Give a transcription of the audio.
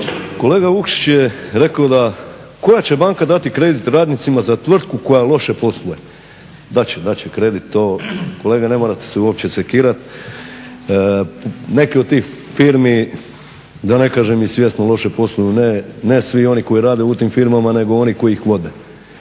Kolega Vukšić je rekao da koja će banka dati kredit radnicima za tvrtku koja loše posluje. Dat će, dat će kredit to kolega ne morate se uopće sekirati. Neki od tih firmi da ne kažem i svjesno loše posluju. Ne svi oni koji rade u tim firmama nego oni koji ih vode.